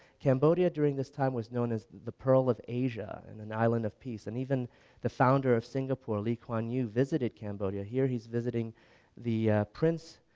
cambodia during this time was known as the pearl of asia and an island of peace and even the founder of singapore lee kuan yew visited cambodia, here he's visiting the prince,